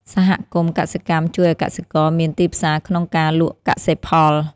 សហគមន៍កសិកម្មជួយឱ្យកសិករមានទីផ្សារក្នុងការលក់កសិផល។